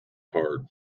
hard